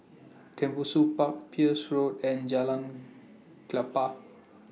Tembusu Park Peirce Road and Jalan Klapa